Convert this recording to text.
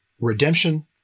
redemption